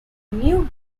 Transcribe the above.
new